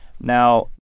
Now